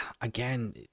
Again